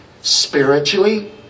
Spiritually